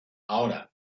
ahora